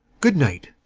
good-night.